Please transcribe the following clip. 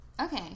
Okay